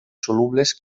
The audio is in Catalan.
solubles